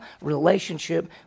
relationship